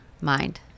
mind